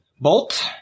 Bolt